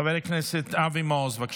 חבר הכנסת אבי מעוז, בבקשה.